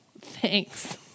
Thanks